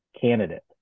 candidate